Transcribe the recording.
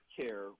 care